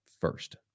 first